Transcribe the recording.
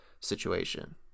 situation